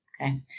Okay